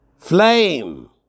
Flame